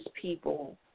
people